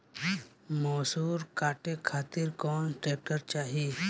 मैसूर काटे खातिर कौन ट्रैक्टर चाहीं?